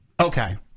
Okay